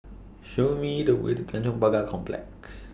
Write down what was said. Show Me The Way to Tanjong Pagar Complex